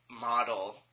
model